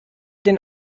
den